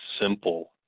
simple